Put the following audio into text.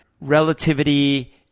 relativity